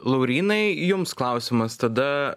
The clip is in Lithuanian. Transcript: laurynai jums klausimas tada